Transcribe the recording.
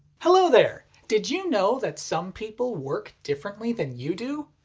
hello there! did you know that some people work differently than you do?